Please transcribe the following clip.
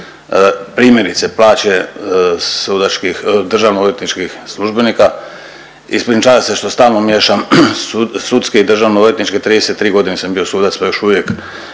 Primjerice plaće sudačkih, državno odvjetničkih službenika, ispričavam se što stalno miješam sudske i državno odvjetničke 33 godina sam bio sudac pa još uvijek